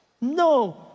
No